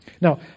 Now